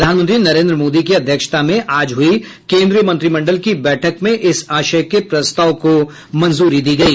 प्रधानमंत्री नरेन्द्र मोदी की अध्यक्षता में आज हुई केन्द्रीय मंत्रिमंडल की बैठक में इस आशय के प्रस्ताव को मंजूरी दी गयी